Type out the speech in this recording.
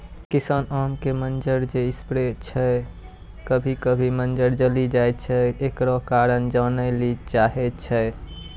किसान आम के मंजर जे स्प्रे छैय कभी कभी मंजर जली जाय छैय, एकरो कारण जाने ली चाहेय छैय?